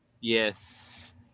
Yes